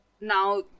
now